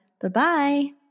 Bye-bye